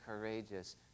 courageous